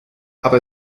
aber